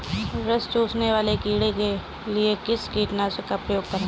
रस चूसने वाले कीड़े के लिए किस कीटनाशक का प्रयोग करें?